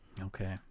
Okay